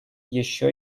еще